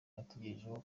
yatugejejeho